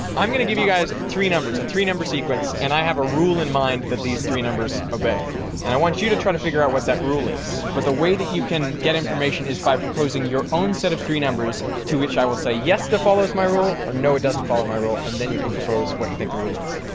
i'm gonna give you guys three numbers. a three number sequence and i have a rule in mind that these three numbers obey and i want you you to try to figure out what that rule is. but the way you can get information is by proposing your own set of three numbers, to which i will say yes that follows my rule or no it doesn't follow my rule. and then you can propose what you think the rule is.